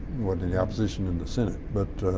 wasn't any opposition in the senate, but